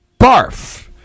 barf